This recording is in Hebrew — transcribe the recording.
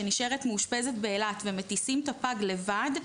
שנשארת מאושפזת באילת ומטיסים את הפג לבד,